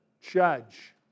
Judge